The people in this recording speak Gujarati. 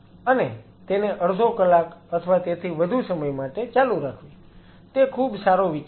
અને તેને અડધો કલાક અથવા તેથી વધુ સમય માટે ચાલુ રાખવી તે ખુબ સારો વિચાર છે